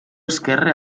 esquerre